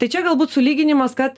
tai čia galbūt sulyginimas kad